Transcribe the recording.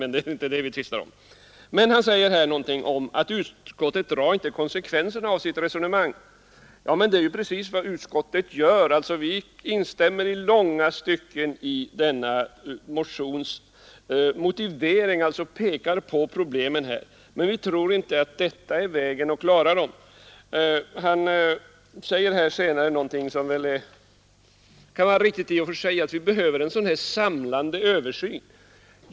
Men det är väl inte det vi tvistar om. Herr Sundman säger här att utskottet inte drar konsekvenserna av sitt resonemang. Det är precis vad vi gör. Vi instämmer i långa stycken i denna motions motivering och pekar på problemen. Vi tror emellertid inte att detta är vägen att klara dem. Han säger senare, vilket kan vara riktigt i och för sig, att vi behöver en samlande översyn.